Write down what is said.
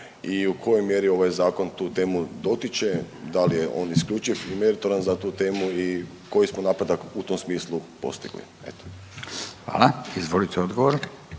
i u kojoj mjeri ovaj zakon tu temu dotiče, da li je on isključiv i mjeritoran za tu temu i koji smo napredak u tom smislu postigli, eto? **Radin, Furio